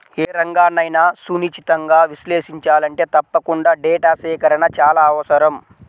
ఏ రంగన్నైనా సునిశితంగా విశ్లేషించాలంటే తప్పకుండా డేటా సేకరణ చాలా అవసరం